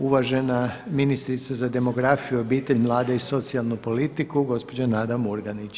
Uvažena ministrica za demografiju, obitelj, mlade i socijalnu politiku gospođa Nada Murganić.